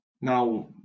now